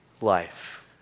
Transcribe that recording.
life